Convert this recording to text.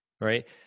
right